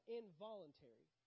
involuntary